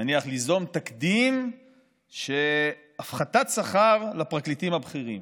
נניח ליזום תקדים של הפחתת שכר לפרקליטים הבכירים